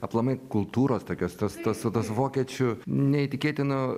aplamai kultūros tokios tos tos tos vokiečių neįtikėtinu